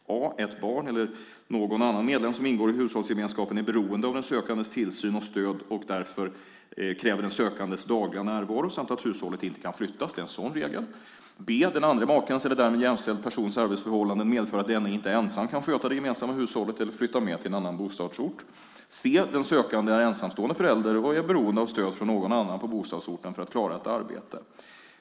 Sedan står det: "a) ett barn eller någon annan medlem som ingår i hushållsgemenskapen är beroende av den sökandes tillsyn och stöd och därför kräver den sökandes dagliga närvaro, samt att hushållet inte kan flyttas. b) den andre makens eller makans eller därmed jämställd persons arbetsförhållanden medför att denne inte ensam kan sköta det gemensamma hushållet eller flytta med till en annan bostadsort. c) den sökande är ensamstående förälder och är beroende av stöd från någon annan på bostadsorten för att kunna klara ett arbete.